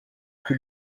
que